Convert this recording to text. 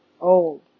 Old